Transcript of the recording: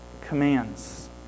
commands